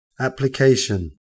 Application